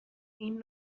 این